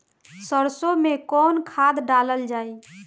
सरसो मैं कवन खाद डालल जाई?